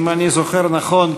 אם אני זוכר נכון,